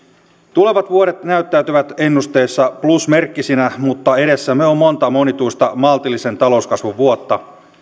tulevat vuodet näyttäytyvät ennusteissa plusmerkkisinä mutta edessämme on monta monituista maltillisen talouskasvun vuotta